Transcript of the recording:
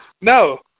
No